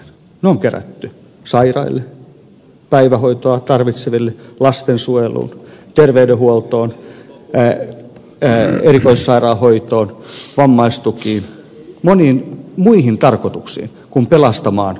ne on kerätty sairaille päivähoitoa tarvitseville lastensuojeluun terveydenhuoltoon erikoissairaanhoitoon vammaistukiin moniin muihin tarkoituksiin kuin pelastamaan markkinat